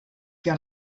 que